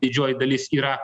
didžioji dalis yra